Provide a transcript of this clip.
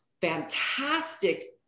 fantastic